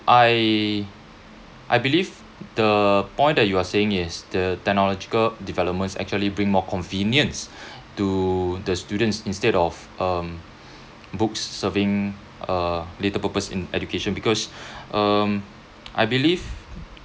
I I believe the point that you are saying is the technological developments actually bring more convenience to the students instead of um books serving uh little purpose in education because um I believe